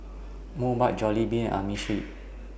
Mobike Jollibean Amerisleep